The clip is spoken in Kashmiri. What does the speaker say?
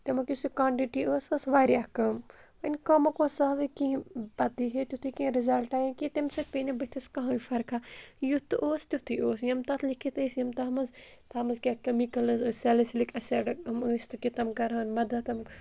تمیُک یُس یہِ کانٹِٹی ٲس سۄ ٲس واریاہ کَم وَنۍ کَمُک اوس سہلٕے کِہیٖنۍ پَتہٕ دیہے تِتھُے کینٛہہ رِزَلٹا یا کینٛہہ تمہِ سۭتۍ پیٚیہِ نہٕ بٕتھِس کٕہٕنۍ فرقا یُتھ اوس تیُتھُے اوس یِم تَتھ لیکھِتھ ٲسۍ یِم تَتھ منٛز تَتھ منٛز کیٛاہ کیمِکَلٕز ٲسۍ سیٚلَسِک ایٚسِڈ یِم ٲسۍ تُہۍ کہِ تِم کَرٕہَن مَدَت تِم